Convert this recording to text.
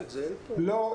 לא.